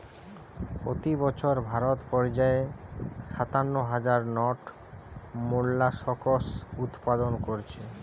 পোতি বছর ভারত পর্যায়ে সাতান্ন হাজার টন মোল্লাসকস উৎপাদন কোরছে